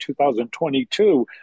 2022